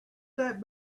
that